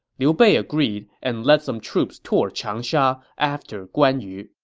liu bei agreed and led some troops toward changsha after guan yu